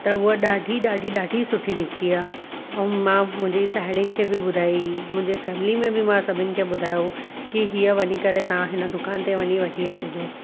त हूअ ॾाढी ॾाढी ॾाढी सुठी निकिती आहे ऐं मां मुंहिंजी साहिड़िनि खे बि ॿुधाई मुंहिंजे फैमिली में बि मां सभिनि खे ॿुधायो की हीअ वञी करे तव्हां हिन दुकानु ते वञी वठी अचिजो